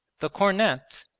the cornet,